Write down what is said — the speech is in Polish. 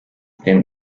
tym